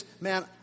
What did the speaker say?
Man